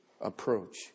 approach